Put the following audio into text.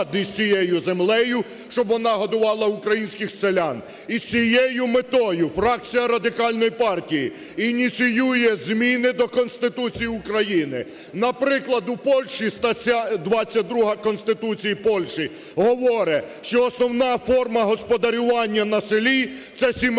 із цією землею, щоб вона годувала українських селян. І з цією метою фракція Радикальної партії ініціює зміни до Конституції України. Наприклад, стаття 22 Конституції Польщі говорить, що основна форма господарювання на селі це сімейні